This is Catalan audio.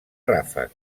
ràfec